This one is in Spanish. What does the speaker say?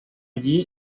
allí